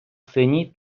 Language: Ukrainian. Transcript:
синій